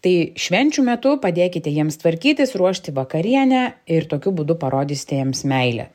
tai švenčių metu padėkite jiems tvarkytis ruošti vakarienę ir tokiu būdu parodysite jiems meilę